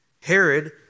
Herod